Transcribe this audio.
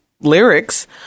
lyrics